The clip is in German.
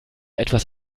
etwas